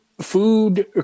food